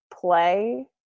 play